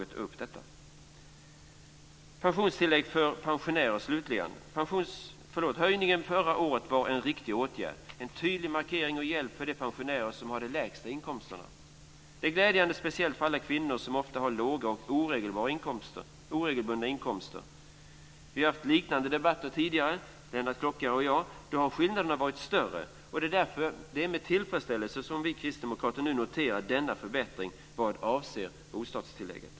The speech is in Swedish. Vad vidare gäller bostadstillägg för pensionärer var höjningen av detta förra året en riktig åtgärd. Det var en tydlig markering och en hjälp för de pensionärer som har de lägsta inkomsterna. Det är glädjande speciellt för kvinnor, som ofta har låga och oregelbundna inkomster. Lennart Klockare och jag har tidigare haft debatter om detta. Då har skillnaderna varit större, och det är med tillfredsställelse som vi kristdemokrater nu noterar denna förbättring av bostadstillägget.